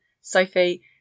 Sophie